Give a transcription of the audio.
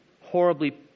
horribly